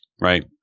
right